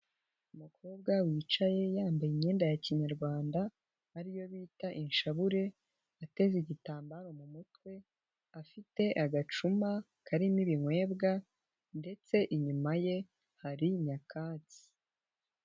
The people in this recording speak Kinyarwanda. Umukobwa wicaye yambaye imyenda ya kinyarwanda, ariyo bita inshabure, ateze igitambaro mu mutwe, afite agacuma karimo ibinywebwa, ndetse inyuma ye hari nyakatsi.